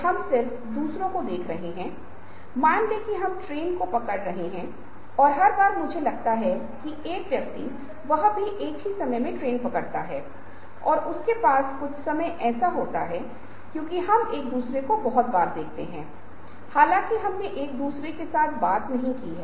हमारे कुछ शोधकर्ता काम कर रहे हैं मैं भी इस काम में शामिल हूं जहां आप देखते हैं कि आप उस व्यक्ति की चेहरे की अभिव्यक्ति की पहचान करने की कोशिश करते हैं जो कंप्यूटर के साथ संचार कर रहा है आपके पास एक अवतार है जो उन प्रतिक्रियाओं का अनुकरण या दर्पण करने की कोशिश करता है